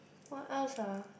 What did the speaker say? what else ah